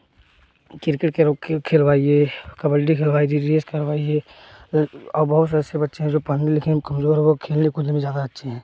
cricket खेलवाईए कबड्डी खेलवाईए race करवाईए फिर और बहुत से ऐसे बच्चे हैं जो पढ़ने लिखने में कमज़ोर हैं वे खेलने कूदने में ज़्यादा अच्छे हैं